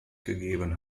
gegeben